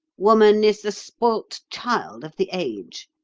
woman is the spoilt child of the age.